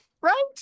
right